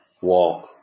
walk